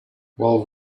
while